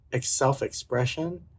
self-expression